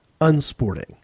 unsporting